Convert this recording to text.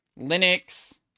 Linux